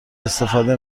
استفاده